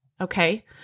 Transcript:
okay